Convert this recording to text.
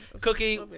Cookie